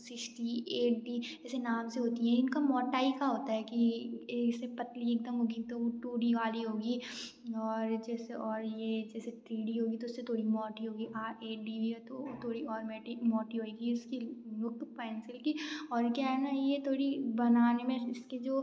six D eight D जैसे नाम से होती हैं इनका मोटाई का होता है कि इसे पतली एकदम होगी तो वो टू डी वाली होगी और जैसे और ये जैसे थ्री डी होगी तो उससे थोड़ी मोटी होगी एट डी है तो वो थोड़ी और मोटी होएगी इसकी लूक पेंसिल की और क्या है न ये थोड़ी बनाने में इसकी जो